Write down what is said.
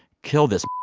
kill this.